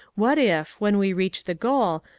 what if, when we reach the goal,